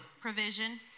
Provision